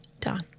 done